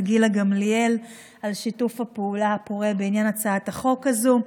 גילה גמליאל על שיתוף הפעולה הפורה בעניין הצעת החוק הזאת.